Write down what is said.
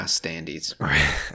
standees